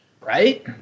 right